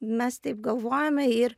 mes taip galvojame ir